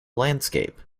landscape